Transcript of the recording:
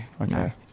Okay